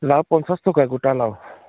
লাও পঞ্চাছ টকা গোটা লাও